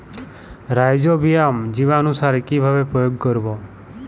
Rhizobium জীবানুসার কিভাবে প্রয়োগ করব?